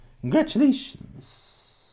Congratulations